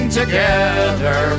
together